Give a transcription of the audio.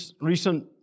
recent